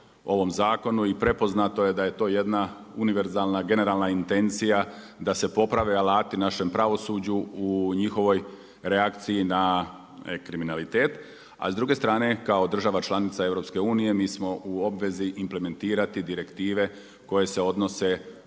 i prepoznato je to jedna univerzalna generalna intencija da se poprave alati našem pravosuđu u njihovoj reakciji na kriminalitet, a s druge strane kao država članica EU mi smo u obvezi implementirati direktive koje se odnose